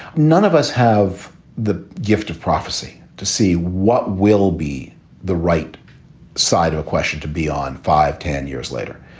none of us have the gift of prophecy to see what will be the right side of a question to be on five, ten years later.